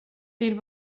vill